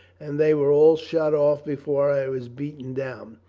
and they were all shot off before i was beaten down.